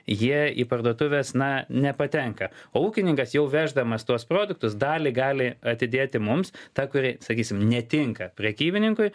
jie į parduotuves na nepatenka ūkininkas jau veždamas tuos produktus dalį gali atidėti mums tą kuri sakysim netinka prekybininkui